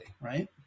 right